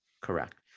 Correct